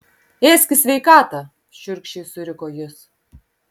ėsk į sveikatą šiurkščiai suriko jis